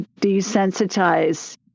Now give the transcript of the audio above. desensitize